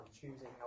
choosing